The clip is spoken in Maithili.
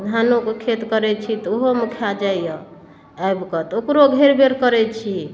धानोके खेत करै छी तऽ ओहोमे खा जाइए आबिकऽ तऽ ओकरो घेर बेर करै छी